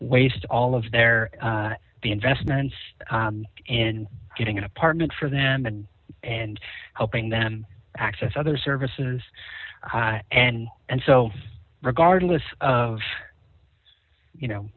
waste all of their the investments in getting an apartment for them and helping them access other services and and so regardless of you know